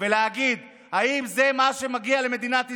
ולהגיד: האם זה מה שמגיע למדינת ישראל?